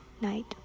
Night